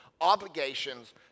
obligations